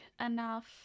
enough